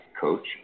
Coach